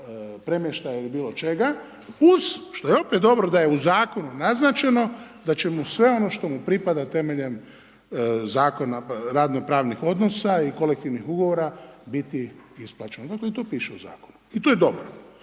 premještaja ili bilo čega uz što je opet dobro da je u zakonu naznačeno da će mu sve ono što mu pripada temeljem zakona, radno pravnih odnosa i kolektivnih ugovora biti isplaćeno. Dakle i to piše u zakonu i to je dobro.